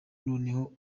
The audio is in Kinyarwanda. noneho